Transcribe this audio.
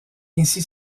ainsi